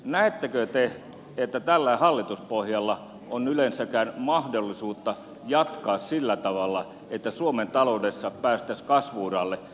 näettekö te että tällä hallituspohjalla on yleensäkään mahdollisuutta jatkaa sillä tavalla että suomen taloudessa päästäisiin kasvu uralle